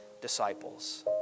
disciples